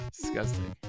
Disgusting